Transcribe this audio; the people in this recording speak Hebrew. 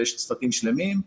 ויש צוותים שלמים.